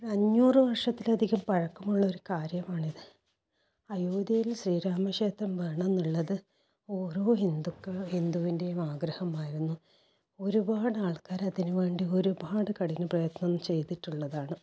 അഞ്ഞൂറ് വർഷത്തിലധികം പഴക്കമുള്ള ഒരു കാര്യമാണിത് അയോദ്ധ്യയിൽ ശ്രീരാമ ക്ഷേത്രം വേണമെന്നുള്ളത് ഓരോ ഹിന്ദുക്ക ഹിന്ദുവിൻ്റെയും ആഗ്രഹമായിരുന്നു ഒരുപാടാൾക്കാര് അതിനുവേണ്ടി ഒരുപാട് കഠിന പ്രയത്നം ചെയ്തിട്ടുള്ളതാണ്